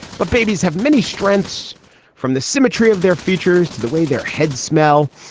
but babies have many strengths from the symmetry of their features to the way their heads smell.